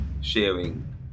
sharing